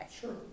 Sure